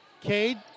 Cade